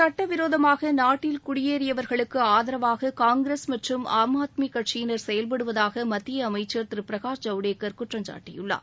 சுட்டவிரோதமாக நாட்டில் குடியேறியவர்களுக்கு ஆதரவாக காங்கிரஸ் மற்றும் ஆம் அத்மி கட்சியினர் செயல்படுவதாக அமைச்சர் மத்திய திரு பிரகாஷ் ஜவடேகர் குற்றம்சாட்டியுள்ளார்